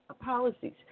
policies